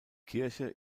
kirche